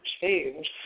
change